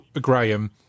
Graham